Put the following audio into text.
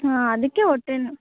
ಹಾಂ ಅದಕ್ಕೆ ಹೊಟ್ಟೆನೋವ್